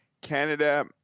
Canada